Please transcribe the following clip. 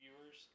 viewers